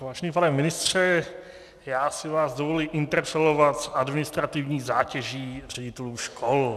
Vážený pane ministře, já si vás dovoluji interpelovat s administrativní zátěží ředitelů škol.